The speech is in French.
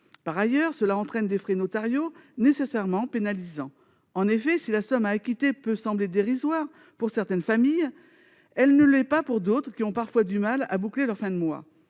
Par ailleurs, cela entraîne des frais notariaux nécessairement pénalisants. En effet, si la somme à acquitter peut sembler dérisoire pour certaines familles, elle ne l'est pas pour d'autres qui ont parfois du mal à boucler leurs fins de mois.